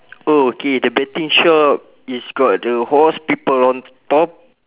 oh okay the betting shop is got the horse people on top